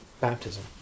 baptism